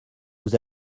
vous